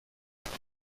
تسلیم